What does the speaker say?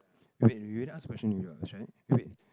wait we already ask question already what wait